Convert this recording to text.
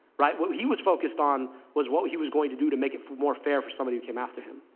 right. what he was focused on was what he was going to do to make it more fair for somebody who came after him,